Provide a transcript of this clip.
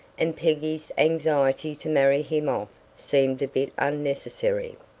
and peggy's anxiety to marry him off seemed a bit unnecessary.